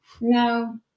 no